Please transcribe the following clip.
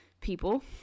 people